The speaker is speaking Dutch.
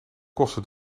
kosten